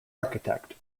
architect